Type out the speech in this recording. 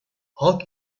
halk